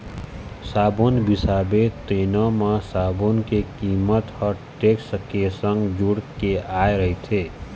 साबून बिसाबे तेनो म साबून के कीमत ह टेक्स के संग जुड़ के आय रहिथे